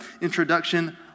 introduction